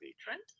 Trent